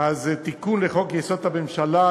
תיקון לחוק-יסוד: הממשלה,